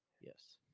Yes